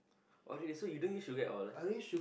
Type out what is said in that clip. oh so you don't used to get all